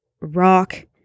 rock